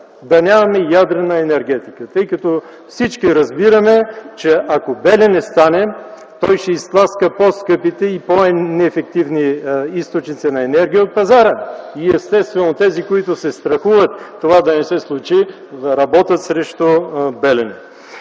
да нямаме ядрена енергетика, тъй като всички разбираме, че ако „Белене” стане, това ще изтласка по-скъпите и по-неефективни източници на енергия от пазара. И естествено тези, които се страхуват това да се случи, е да работят срещу „Белене”.